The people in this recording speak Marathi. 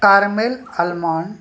तार्मल अलमन